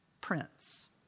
prince